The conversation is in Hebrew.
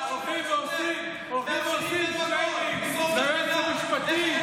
הולכים ועושים שיימינג ליועצת המשפטית,